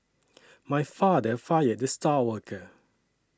my father fired the star worker